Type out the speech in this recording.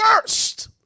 first